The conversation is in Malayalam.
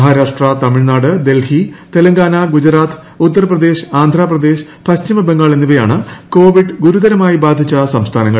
മഹാരാഷ്ട്ര തമിഴ്നാട് ഡൽഹി തെലങ്കാന ഉത്തർപ്രദേശ് ആന്ധ്രപ്രദേശ് പശ്ചിമബംഗാൾ എന്നിവയാണ് കോവിഡ് ഗുരുതരമായി ബാധിച്ച സംസ്ഥാനങ്ങൾ